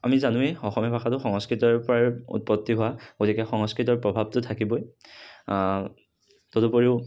আমি জানোৱেই অসমীয়া ভাষাটো সংস্কৃতৰপৰাই উৎপত্তি হোৱা গতিকে সংস্কৃতৰ প্ৰভাৱটো থাকিবই তদুপৰিও